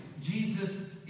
Jesus